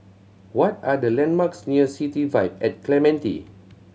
what are the landmarks near City Vibe at Clementi